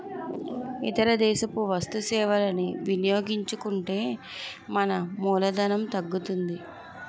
ఇతర దేశపు వస్తు సేవలని వినియోగించుకుంటే మన మూలధనం తగ్గుతుంది